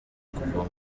kuvoma